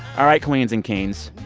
all right, queens and kings,